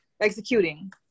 executing